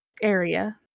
area